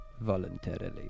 voluntarily